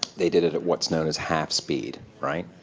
they did it at what's known as half-speed, right?